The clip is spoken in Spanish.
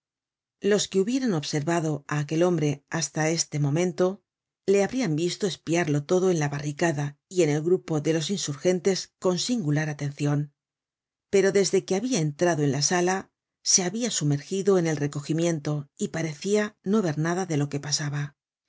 los que hubieran observado á aquel hombre hasta este momento le habrian visto espiarlo todo en la barricada y en el grupo de los insurgentes con singular atencion pero desde que habia entrado en la sala se habia sumergido en el recogimiento y parecia no ver nada de lo que pasaba